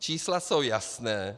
Čísla jsou jasná.